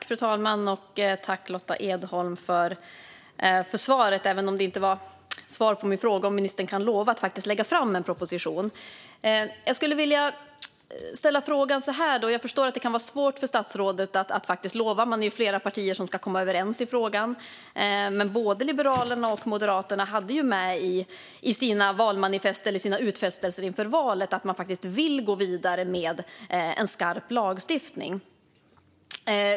Fru talman! Jag tackar Lotta Edholm för svaret, även om det inte var ett svar på min fråga om ministern kan lova att faktiskt lägga fram en proposition. Jag förstår att det kan vara svårt för statsrådet att faktiskt lova. Man är ju flera partier som ska komma överens i frågan. Men både Liberalerna och Moderaterna hade ju med i sina valmanifest eller sina utfästelser inför valet att de vill gå vidare med skarp lagstiftning.